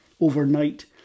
overnight